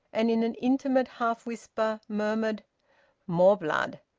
and in an intimate half-whisper murmured more blood!